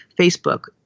Facebook